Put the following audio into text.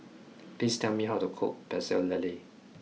please tell me how to cook pecel lele